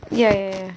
ya ya ya